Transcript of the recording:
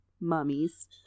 mummies